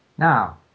Now